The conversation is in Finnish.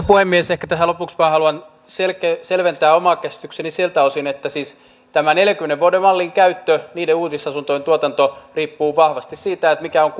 puhemies ehkä tähän lopuksi vain haluan selventää omaa käsitystäni siltä osin että siis tämä neljänkymmenen vuoden mallin käyttö niiden uudisasuntojen tuotanto riippuu vahvasti siitä mitkä ovat